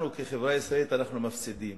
אנחנו כחברה הישראלית, אנחנו מפסידים.